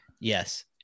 yes